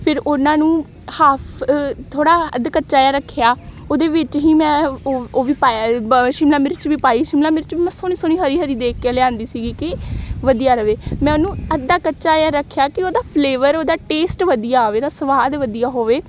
ਫਿਰ ਉਹਨਾਂ ਨੂੰ ਹਾਫ ਥੋੜ੍ਹਾ ਅੱਧ ਕੱਚਾ ਜਿਹਾ ਰੱਖਿਆ ਉਹਦੇ ਵਿੱਚ ਹੀ ਮੈਂ ਉਵ ਉਹ ਵੀ ਪਾਇਆ ਬ ਸ਼ਿਮਲਾ ਮਿਰਚ ਵੀ ਪਾਈ ਸ਼ਿਮਲਾ ਮਿਰਚ ਵੀ ਮੈਂ ਸੋਹਣੀ ਸੋਹਣੀ ਹਰੀ ਹਰੀ ਦੇਖ ਕੇ ਲਿਆਉਂਦੀ ਸੀਗੀ ਕਿ ਵਧੀਆ ਰਹੇ ਮੈਂ ਉਹਨੂੰ ਅੱਧਾ ਕੱਚਾ ਜਾ ਰੱਖਿਆ ਕਿ ਉਹਦਾ ਫਲੇਵਰ ਉਹਦਾ ਟੇਸਟ ਵਧੀਆ ਆਵੇ ਉਹਦਾ ਸਵਾਦ ਵਧੀਆ ਹੋਵੇ